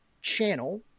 Channel